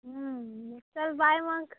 हं चल बाय मग